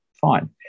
fine